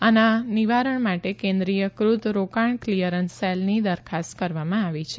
આના નિવારણ માટે કેન્દ્રીયકૃત રોકાણ ક્લિયરન્સ સેલની દરખાસ્ત કરવામાં આવી છે